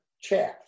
chaff